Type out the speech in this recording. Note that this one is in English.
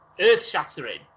earth-shattering